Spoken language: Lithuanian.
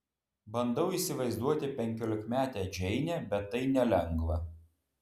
bandau įsivaizduoti penkiolikmetę džeinę bet tai nelengva